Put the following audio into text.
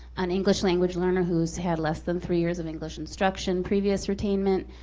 an english language learner who's had less than three years of english instruction, previous retainment,